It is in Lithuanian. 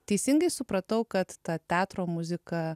teisingai supratau kad ta teatro muzika